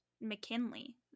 mckinley